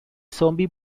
zombie